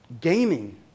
gaming